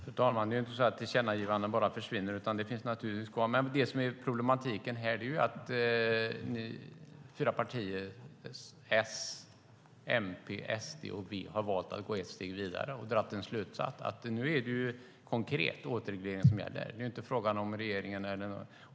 Fru talman! Det är inte så att ett tillkännagivande bara försvinner, utan det finns naturligtvis kvar. Men det som är problemet här är att fyra partier - S, MP, SD och V - har valt att gå ett steg vidare och dra slutsatsen att nu är det konkret återreglering som gäller. Det är inte fråga om regeringen.